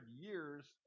years